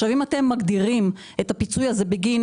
אם אתם מגדירים את הפיצוי הזה בגין